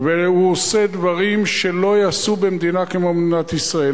והוא עושה דברים שלא ייעשו במדינה כמו מדינת ישראל,